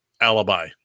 alibi